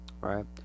Right